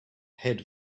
head